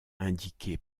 indiquée